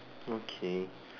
okay